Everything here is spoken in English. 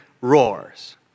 roars